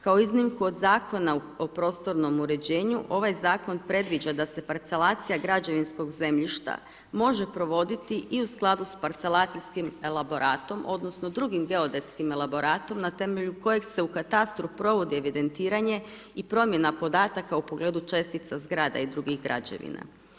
Kao iznimku od Zakona o prostornom uređenju ovaj zakon predviđa da se parcelacija građevinskog zemljišta može provoditi i u skladu s parcelacijskim elaboratom odnosno drugim geodetskim elaboratom na temelju kojeg se u katastru provodi evidentiranje i promjena podataka u pogledu čestica zgrade i drugih građevina.